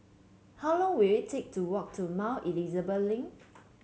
how long will it take to walk to Mount Elizabeth Link